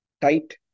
tight